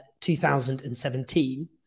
2017